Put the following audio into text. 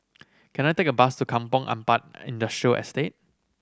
can I take a bus to Kampong Ampat Industrial Estate